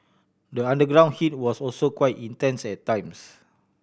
the underground heat was also quite intense at times